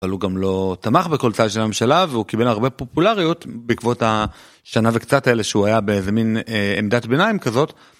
אבל הוא גם לא תמך בכל צד של הממשלה והוא קיבל הרבה פופולריות בעקבות השנה וקצת האלה שהוא היה באיזה מין עמדת ביניים כזאת.